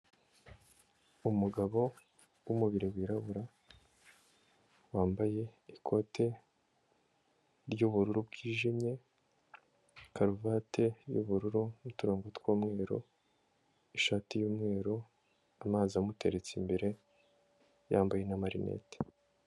Umugabo w'umubiri wirabura, wambaye ikote ry'ubururu bwijimye, karuvati y'ubururu n'uturongo tw'umweru, ishati y'umweru, amazi amuteretse imbere, yambaye n'amarinete.